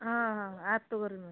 ಹಾಂ ಹಾಂ ಆತು ತಗೋರಿ ಮೇಡಮ್